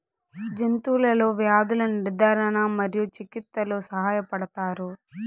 జంతువులలో వ్యాధుల నిర్ధారణ మరియు చికిత్చలో సహాయపడుతారు